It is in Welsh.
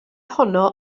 honno